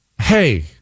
Hey